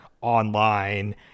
online